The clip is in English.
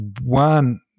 one